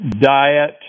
diet